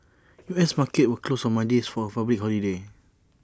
U S markets were closed on Monday's for A public holiday